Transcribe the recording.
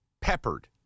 peppered